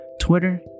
Twitter